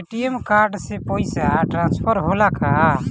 ATM card से पैसा transfer होला का?